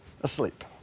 asleep